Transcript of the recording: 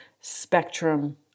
spectrum